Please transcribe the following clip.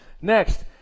next